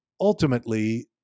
ultimately